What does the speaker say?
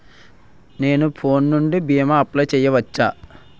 నేను ఫోన్ నుండి భీమా అప్లయ్ చేయవచ్చా?